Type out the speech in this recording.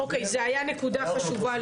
אוקיי, זאת הייתה נקודה שחשובה לי.